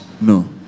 No